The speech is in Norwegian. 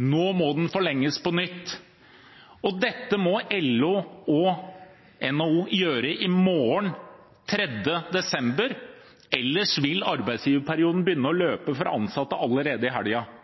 Nå må den forlenges på nytt. Dette må LO og NHO gjøre i morgen 3. desember, ellers vil arbeidsgiverperioden begynne å løpe for ansatte allerede i